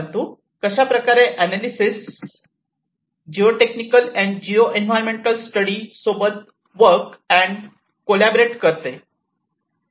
परंतु कशाप्रकारचे analyses geotechnical and geoenvironmental study सोबत वर्क अँड कोल्याबरेट करते